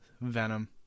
venom